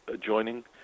joining